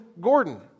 Gordon